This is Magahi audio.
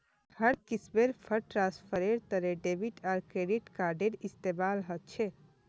हर किस्मेर फंड ट्रांस्फरेर तने डेबिट आर क्रेडिट कार्डेर इस्तेमाल ह छे